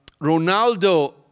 Ronaldo